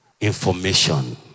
information